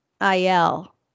IL